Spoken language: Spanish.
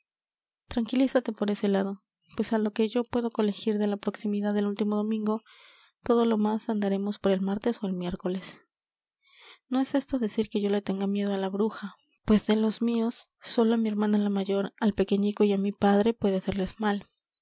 tranquilízate por ese lado pues á lo que yo puedo colegir de la proximidad del último domingo todo lo más andaremos por el martes ó el miércoles no es esto decir que yo le tenga miedo á la bruja pues de los míos sólo á mi hermana la mayor al pequeñico y á mi padre puede hacerles mal